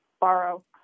borrow